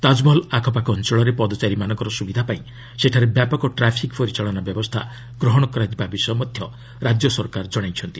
ତାଜମହଲ ଆଖପାଖ ଅଞ୍ଚଳରେ ପଦଚାରୀମାନଙ୍କର ସୁବିଧା ପାଇଁ ସେଠାରେ ବ୍ୟାପକ ଟ୍ରାଫିକ୍ ପରିଚାଳନା ବ୍ୟବସ୍ଥା ଗ୍ରହଣ କରାଯିବା ବିଷୟ ରାଜ୍ୟ ସରକାର କହିଛନ୍ତି